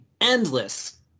Endless